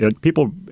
people